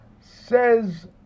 says